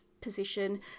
position